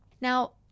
Now